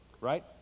right